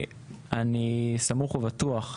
אני סמוך ובטוח,